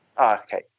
Okay